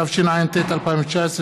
התשע"ט 2019,